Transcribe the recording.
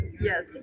Yes